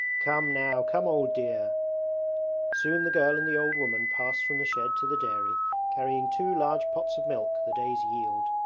come now, come old dear soon the girl and the old woman pass from the shed to the dairy carrying two large pots of milk, the day's yield.